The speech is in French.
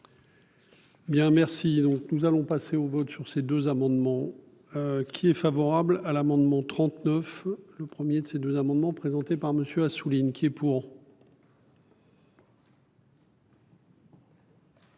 Donc nous allons passer au vote sur ces deux amendements. Qui est favorable à l'amendement. 39. Le 1er de ces deux amendements présentés par monsieur Assouline qui est pour.